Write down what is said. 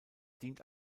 dient